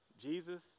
Jesus